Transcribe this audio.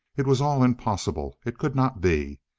it was all impossible it could not be.